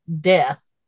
death